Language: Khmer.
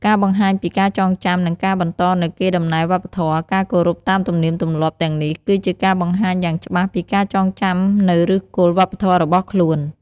ការបង្ហាញពីការចងចាំ និងការបន្តនូវកេរដំណែលវប្បធម៌ ការគោរពតាមទំនៀមទម្លាប់ទាំងនេះ គឺជាការបង្ហាញយ៉ាងច្បាស់ពីការចងចាំនូវឫសគល់វប្បធម៌របស់ខ្លួន។